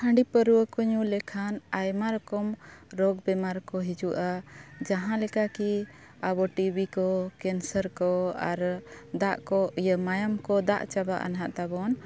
ᱦᱟᱺᱰᱤ ᱯᱟᱹᱣᱟᱹ ᱠᱚ ᱧᱩ ᱞᱮᱠᱷᱟᱱ ᱟᱭᱢᱟ ᱨᱚᱠᱨᱚᱢ ᱨᱳᱜᱽ ᱵᱮᱢᱟᱨ ᱠᱚ ᱦᱤᱡᱩᱜᱼᱟ ᱡᱟᱦᱟᱸᱞᱮᱠᱟ ᱠᱤ ᱟᱵᱚ ᱴᱤ ᱵᱤ ᱠᱚ ᱠᱮᱱᱥᱟᱨ ᱠᱚ ᱟᱨ ᱫᱟᱜ ᱠᱚ ᱤᱭᱟᱹ ᱢᱟᱭᱟᱢ ᱠᱚ ᱫᱟᱜ ᱪᱟᱵᱟᱜᱼᱟ ᱱᱟᱜ ᱛᱟᱵᱚᱱ